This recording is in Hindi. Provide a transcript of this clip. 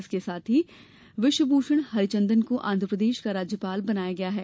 इसके साथ ही विश्वभूषण हरिचंदन को आंध्र प्रदेश का राज्यपाल बनाया गया है